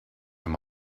from